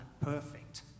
perfect